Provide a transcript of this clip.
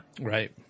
Right